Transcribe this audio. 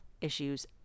issues